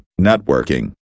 Networking